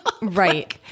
Right